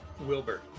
Wilbur